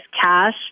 cash